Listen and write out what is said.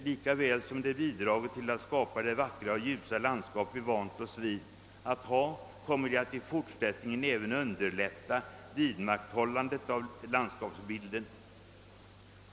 Lika väl som de bidragit till att skapa det ljusa och vackra landskap vi vant oss vid, kommer de att i fortsättningen även underlätta vidmakthållandet av landskapsbilden.